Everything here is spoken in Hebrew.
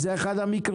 זה אחד המקרים?